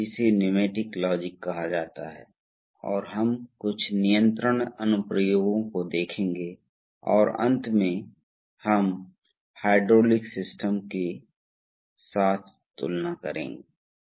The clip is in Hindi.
पिछले दो व्याख्यानों में हमने विभिन्न हाइड्रोलिक सिस्टम घटकों को देखा है इस व्याख्यान में हम देखेंगे कि विभिन्न प्रकार के औद्योगिक अनुप्रयोगों के लिए हाइड्रोलिक सर्किट बनाने के लिए उन्हें एक साथ कैसे जोड़ा जा सकता है ताकि यह बहुत दिलचस्प हो मेरे लिए कम से कम आपको बताने के लिए